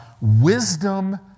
wisdom